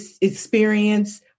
experience